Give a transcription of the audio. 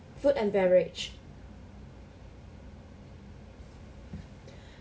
food and beverage